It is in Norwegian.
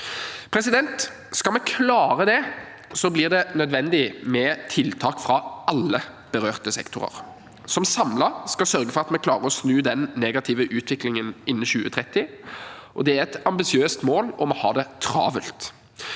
villreinen. Skal vi klare det, blir det nødvendig med tiltak fra alle berørte sektorer, som samlet skal sørge for at vi klarer å snu den negative utviklingen innen 2030. Det er et ambisiøst mål, og vi har det travelt.